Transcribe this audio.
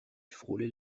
frôlait